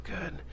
good